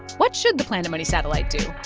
what should the planet money satellite do?